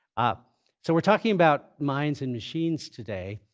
ah so we're talking about minds and machines today.